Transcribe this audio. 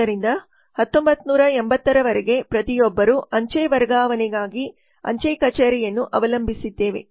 ಆದ್ದರಿಂದ 1980 ರವರೆಗೆ ಪ್ರತಿಯೊಬ್ಬರೂ ಅಂಚೆ ವರ್ಗಾವಣೆಗಾಗಿ ಅಂಚೆ ಕಚೇರಿಯನ್ನು ಅವಲಂಬಿಸಿದ್ದೇವೆ